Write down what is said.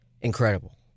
incredible